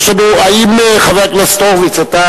חבר הכנסת הורוביץ,